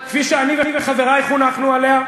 כפי שאני וחברי חונכנו עליה,